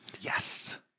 Yes